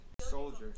soldiers